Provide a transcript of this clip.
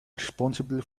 responsible